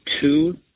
two